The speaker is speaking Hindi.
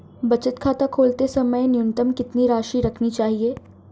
बचत खाता खोलते समय न्यूनतम कितनी राशि रखनी चाहिए?